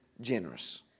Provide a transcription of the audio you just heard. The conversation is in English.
generous